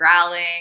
growling